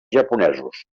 japonesos